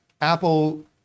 Apple